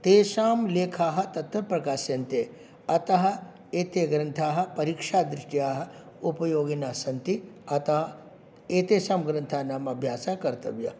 तेषां लेखाः तत्र प्रकाश्यन्ते अतः एते ग्रन्थाः परीक्षादृष्ट्याः उपयोगिनः सन्ति अतः एतेषां ग्रन्थानाम् अभ्यासः कर्तव्यः